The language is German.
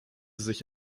sich